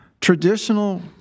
traditional